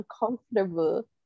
uncomfortable